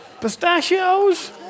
pistachios